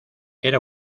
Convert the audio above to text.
era